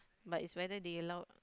but is whether they allow or not